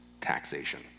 taxation